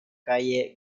calle